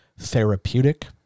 therapeutic